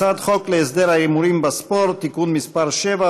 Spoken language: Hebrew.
הצעת חוק להסדר ההימורים בספורט (תיקון מס' 7,